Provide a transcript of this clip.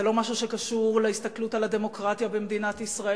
זה לא משהו שקשור להסתכלות על הדמוקרטיה במדינת ישראל.